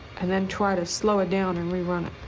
and then try to slow it down and rerun it.